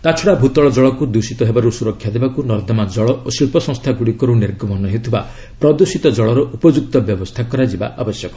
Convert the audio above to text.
ତାଛଡ଼ା ଭୂତଳ ଜଳକୁ ଦୃଷିତ ହେବାରୁ ସୁରକ୍ଷା ଦେବାକୁ ନର୍ଦ୍ଦମା ଜଳ ଓ ଶିଳ୍ପ ସଂସ୍ଥାଗୁଡ଼ିକରୁ ନିର୍ଗମନ ହେଉଥିବା ପ୍ରଦୂଷିତ ଜଳର ଉପଯୁକ୍ତ ବ୍ୟବସ୍ଥା କରାଯିବା ଆବଶ୍ୟକ